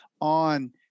on